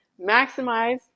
maximize